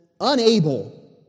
unable